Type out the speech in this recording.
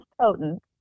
potent